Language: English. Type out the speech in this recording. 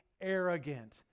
arrogant